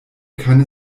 keine